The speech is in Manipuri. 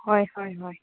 ꯍꯣꯏ ꯍꯣꯏ ꯍꯣꯏ